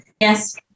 Yes